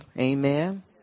Amen